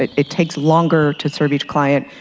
it takes longer to serve each client.